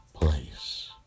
place